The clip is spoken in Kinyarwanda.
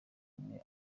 umwe